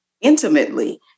intimately